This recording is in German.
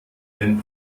wenn